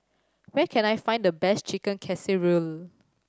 where can I find the best Chicken Casserole